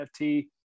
NFT